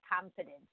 confidence